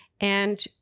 And-